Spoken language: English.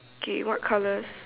okay what colours